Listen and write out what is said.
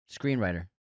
Screenwriter